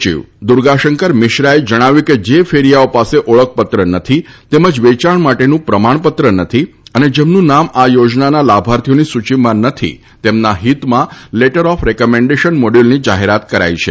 શહેરી બાબતોના વિભાગના સચિવ દૂર્ગાશંકર મિશ્રાએ જણાવ્યું છે કે જે કેરીયાઓ પાસે ઓળખપત્ર નથી તેમજ વેયાણ માટેનું પ્રમાણપત્ર નથી અને જેમનું નામ આ યોજનાના લાભાર્થીઓની સૂચિમાં નથી તેમના હિતમાં લેટર ઓફ રેકમેન્ડેશન મોડયુલની જાહેરાત કરાઇ છે